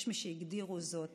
יש מי שהגדירו זאת